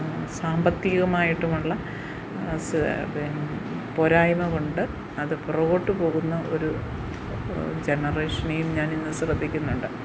സാമ്പത്തികമായിട്ടും ഉള്ള പിന്നെ പോരായ്മ കൊണ്ട് അത് പുറകോട്ടു പോകുന്ന ഒരു ജനറേഷനെയും ഞാനിന്നു ശ്രദ്ധിക്കുന്നുണ്ട്